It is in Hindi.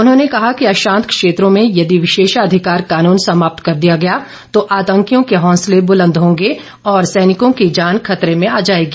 उन्होंने कहा कि अशांत क्षेत्रों में यदि विशेषाधिकार कानून समाप्त कर दिया गया तो आतंकियों के हौसले बुलंद होंगे और सैनिकों की जान खतरे में आ जाएगी